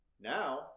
Now